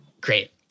Great